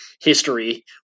history